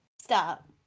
Stop